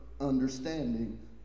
understanding